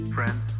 Friends